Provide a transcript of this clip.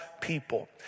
people